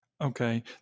Okay